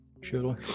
surely